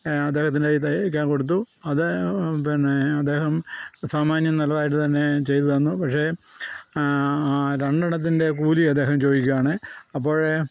അദ്ദേഹത്തിൻ്റെ കൈയിൽ തയ്ക്കാൻ കൊടുത്തു അത് പിന്നെ അദ്ദേഹം സാമാന്യം നല്ലതായിട്ട് തന്നെ ചെയ്തു തന്നു പക്ഷെ ആ രണ്ടെണ്ണത്തിൻ്റെ കൂലി അദ്ദേഹം ചോദിക്കുകയാണ് അപ്പോൾ